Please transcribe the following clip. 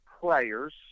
players